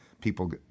People